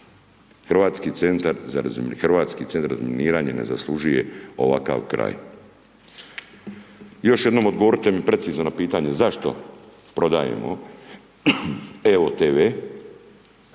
Hrvatski centar za razminiranje ne zaslužuje ovakav kraj. Još jednom, odgovorite mi precizno na pitanje zašto prodajemo Evo